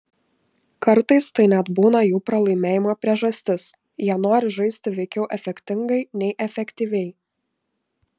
kartais tai net būna jų pralaimėjimo priežastis jie nori žaisti veikiau efektingai nei efektyviai